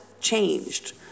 changed